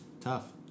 Tough